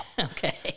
Okay